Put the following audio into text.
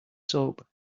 soap